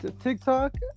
TikTok